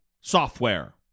software